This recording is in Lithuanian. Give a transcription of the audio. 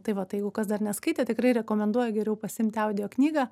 tai va tai jeigu kas dar neskaitė tikrai rekomenduoju geriau pasiimti audioknygą